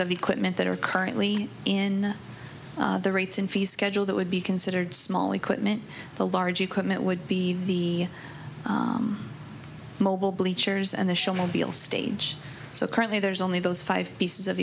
of equipment that are currently in the rates in fee schedule that would be considered small equipment the large equipment would be the mobile bleachers and the shell mobile stage so currently there's only those five pieces of